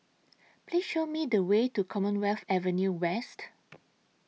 Please Show Me The Way to Commonwealth Avenue West